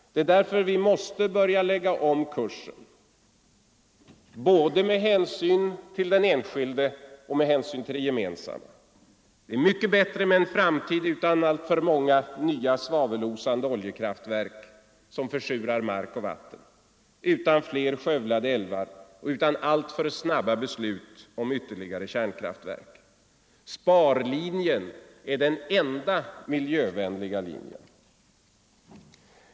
Det är därför vi måste börja lägga om kursen, både med hänsyn till den enskilde och med hänsyn till det gemensamma. Det är mycket bättre med en framtid utan alltför många nya svavelosande oljekraftverk, som försurar mark och vatten, utan fler skövlade älvar och utan alltför snabba beslut om ytterligare kärnkraftverk. Sparlinjen är den enda miljövänliga linjen.